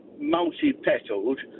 multi-petaled